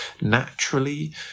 naturally